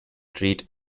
treat